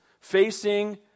facing